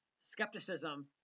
skepticism